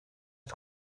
att